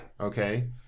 okay